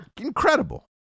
Incredible